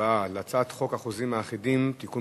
להצבעה על הצעת חוק החוזים האחידים (תיקון